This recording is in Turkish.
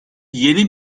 yeni